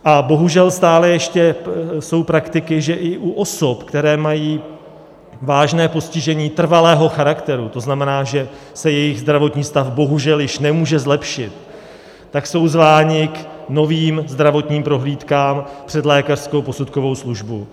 A bohužel stále ještě jsou praktiky, že i osoby, které mají vážné postižení trvalého charakteru, to znamená, že se jejich zdravotní stav bohužel již nemůže zlepšit, jsou zvány k novým zdravotním prohlídkám před lékařskou posudkovou službu.